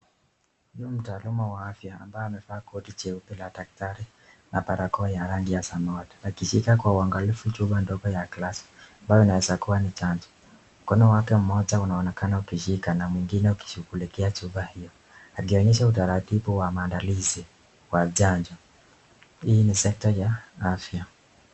Huyu ni mtaalamu wa afya ambaye amevaa koti jeupe la daktari na parakoa ya rangi ya samawati akishika kwa uangalifu chupa ndogo ya glasi ambayo inaweza kuwa ni chanjo, mkono wake moja unaonekana ukishika na mwingine ukishukulikia chupa hiyo akionyesha utaratibu wa maandalizi wa chanjo, hii ni sekta ya afya.